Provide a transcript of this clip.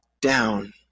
down